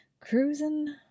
cruising